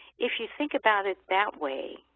if you think about it that way,